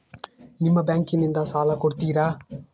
ನಿಮ್ಮ ಬ್ಯಾಂಕಿನಿಂದ ಸಾಲ ಕೊಡ್ತೇರಾ?